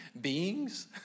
Beings